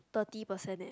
thirty percent leh